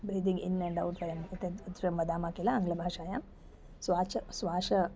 breathing in and out वयं तत्र वदामः किल आङ्ग्लभाषायां स्वासः स्वाशसः